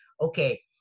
okay